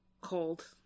cold